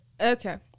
Okay